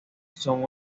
son